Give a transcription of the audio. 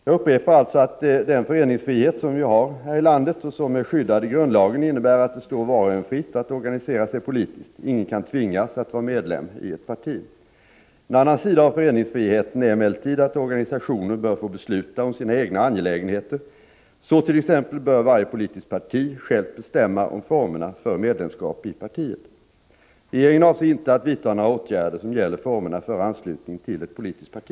Jag upprepar alltså att den föreningsfrihet som vi har här i landet och som är skyddad i grundlagen innebär att det står var och en fritt att organisera sig politiskt. Ingen kan tvingas att vara medlem i ett parti. En annan sida av föreningsfriheten är emellertid att organisationer bör få besluta om sina egna angelägenheter. Så t.ex. bör varje politiskt parti självt bestämma om formerna för medlemskap i partiet. Regeringen avser inte att vidta några åtgärder som gäller formerna för anslutning till ett politiskt parti.